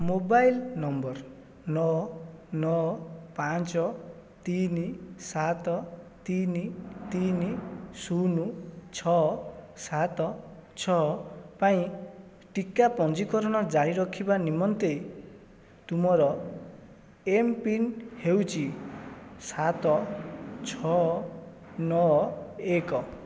mobile number ନଅ ନଅ ପାଞ୍ଚ ତିନି ସାତ ତିନି ତିନି ଶୂନ ଛଅ ସାତ ଛଅ ପାଇଁ ଟିକା ପଞ୍ଜୀକରଣ ଜାରି ରଖିବା ନିମନ୍ତେ ତୁମର ଏମ୍ ପିନ୍ ହେଉଛି ସାତ ଛଅ ନଅ ଏକ